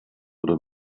oder